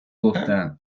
گفتم